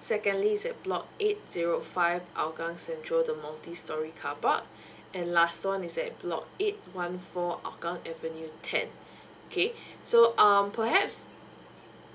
secondly is at block eight zero five hougang central the multi storey carpark and last one is at block eight one four hougang avenue ten okay so um perhaps